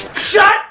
SHUT